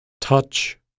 touch